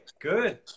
good